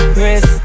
Chris